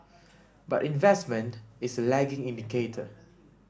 but investment is a lagging indicator